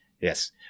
Yes